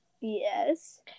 Yes